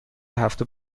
هفته